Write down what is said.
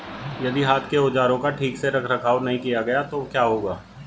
यदि हाथ के औजारों का ठीक से रखरखाव नहीं किया गया तो क्या होगा?